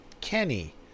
Kenny